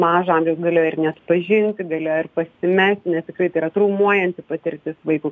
mažo amžiaus galėjo ir neatpažinti galėjo ir pasimesti nes tikrai yra traumuojanti patirtis vaikui